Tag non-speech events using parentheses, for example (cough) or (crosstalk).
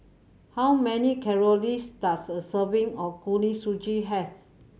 how many (unintelligible) does a serving of Kuih Suji have